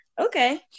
Okay